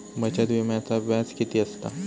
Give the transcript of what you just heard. बचत विम्याचा व्याज किती असता?